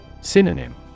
Synonym